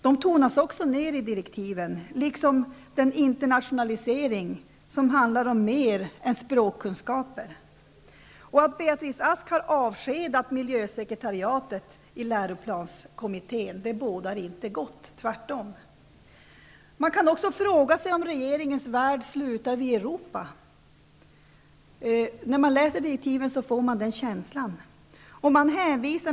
De tonas också ner i direktiven liksom den internationalisering tonas ner som handlar om mer än språkkunskaper. Att Beatrice Ask har avskedat miljösekretariatet i läroplanskommittén bådar inte gott, tvärtom. Man kan också fråga sig om regeringens värld slutar vid Europa. När man läser direktiven får man en känsla av att det är så.